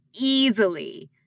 easily